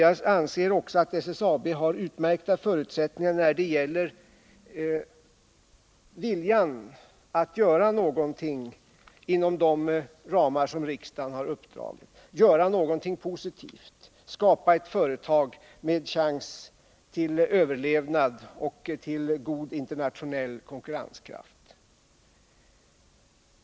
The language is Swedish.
Jag anser också att SSAB har utmärkta förutsättningar när det gäller viljan att göra någonting inom de ramar som riksdagen har uppsatt, att göra någonting positivt, att skapa ett företag med chans till överlevnad och god internationell konkurrenskraft.